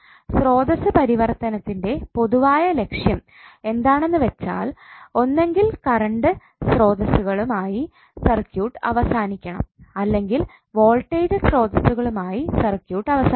സ്രോതസ്സ് പരിവർത്തനത്തിൻറെ പൊതുവായ ലക്ഷ്യം എന്താണെന്നുവെച്ചാൽ ഒന്നെങ്കിൽ കറണ്ട് സ്രോതസ്സുകളും ആയി സർക്യൂട്ട് അവസാനിക്കണം അല്ലെങ്കിൽ വോൾട്ടേജ് സ്രോതസ്സുകളും ആയി സർക്യൂട്ട് അവസാനിക്കണം